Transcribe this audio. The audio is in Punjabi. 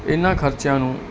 ਇਹਨਾ ਖਰਚਾ ਨੂੰ